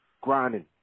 grinding